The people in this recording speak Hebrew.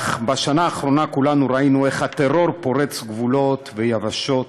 בשנה האחרונה כולנו ראינו איך הטרור פורץ גבולות ויבשות,